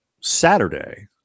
Saturday